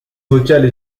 vocales